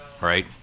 right